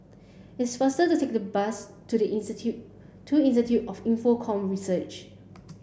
it's faster to take the bus to the Institute to Institute of Infocomm Research